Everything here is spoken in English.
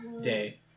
day